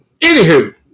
anywho